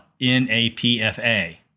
N-A-P-F-A